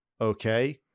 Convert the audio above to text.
Okay